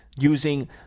using